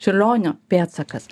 čiurlionio pėdsakas